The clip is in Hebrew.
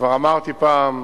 כבר אמרתי פעם,